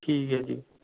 ਠੀਕ ਹੈ ਜੀ